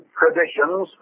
traditions